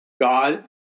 God